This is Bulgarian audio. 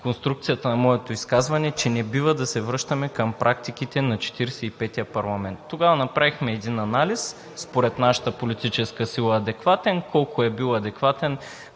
конструкцията на моето изказване – че не бива да се връщаме към практиките на 44 тия парламент. Тогава направихме един анализ, според нашата политическа сила адекватен. Колко е бил адекватен